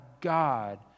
God